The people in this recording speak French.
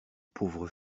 pauvres